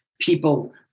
people